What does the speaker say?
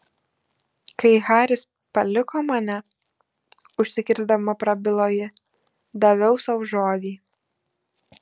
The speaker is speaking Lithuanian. kai haris paliko mane užsikirsdama prabilo ji daviau sau žodį